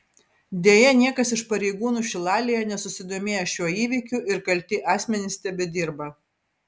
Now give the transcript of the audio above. deja niekas iš pareigūnų šilalėje nesusidomėjo šiuo įvykiu ir kalti asmenys tebedirba